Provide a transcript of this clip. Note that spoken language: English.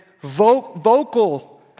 vocal